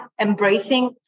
embracing